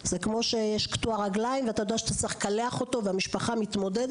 זה כמו שיש קטוע רגליים ואתה יודע שאתה צריך לקלח אותו והמשפחה מתמודדת.